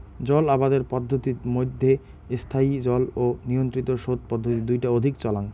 জল আবাদের পদ্ধতিত মইধ্যে স্থায়ী জল ও নিয়ন্ত্রিত সোত পদ্ধতি দুইটা অধিক চলাং